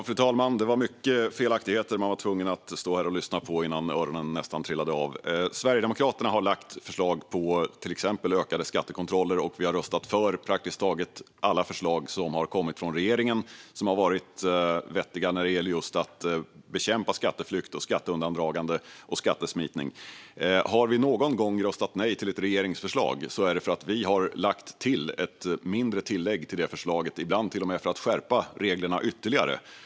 Fru talman! Det var många felaktigheter jag var tvungen att lyssna på innan öronen nästan trillade av. Sverigedemokraterna har lagt fram förslag om till exempel ökade skattekontroller, och vi har röstat för praktiskt taget alla vettiga förslag som har kommit från regeringen just när det gäller att bekämpa skatteflykt, skatteundandragande och skattesmitning. Om vi någon gång har röstat nej till ett regeringsförslag är det för att vi har lagt till ett mindre tillägg till förslaget, ibland till och med för att skärpa reglerna ytterligare.